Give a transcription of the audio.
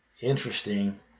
interesting